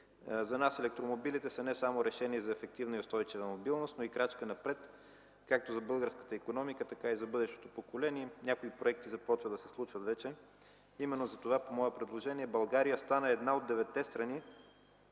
За нас електромобилите са не само решение за ефективна и устойчива мобилност, но и крачка напред както за българската икономика, така и за бъдещото поколение. Някои проекти вече започват да се случват и именно затова по мое предложение България стана една от деветте страни,